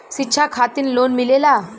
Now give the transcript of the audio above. शिक्षा खातिन लोन मिलेला?